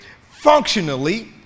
functionally